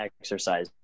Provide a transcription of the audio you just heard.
exercise